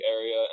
area